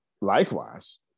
likewise